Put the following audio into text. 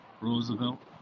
Roosevelt